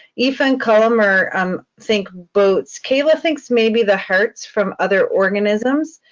ethan colomer um think boats. kayla thinks maybe the hearts from other organisms.